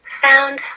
sound